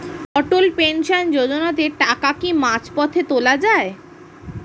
অটল pension যোজনাতে টাকা কি মাঝপথে তোলা যায়?